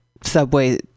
subway